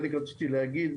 על חלק רציתי להגיב,